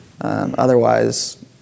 Otherwise